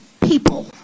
people